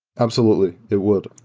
absolutely. it would.